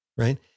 Right